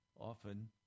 Often